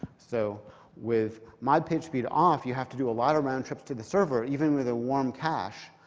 so with mod pagespeed off, you have to do a lot of round trips to the server, even with a warm cache,